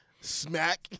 Smack